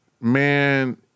man